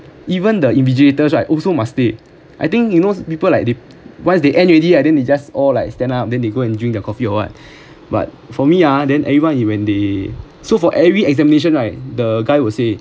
even the invigilators right also must stay I think you know people like they once the end already they just all like stand up then they go and drink the coffee or what but for me ah then everyone he when they so for every examination right the guy will say